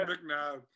McNabb